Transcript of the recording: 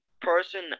person